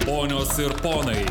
ponios ir ponai